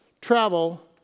travel